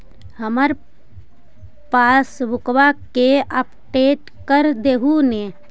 हमार पासबुकवा के अपडेट कर देहु ने?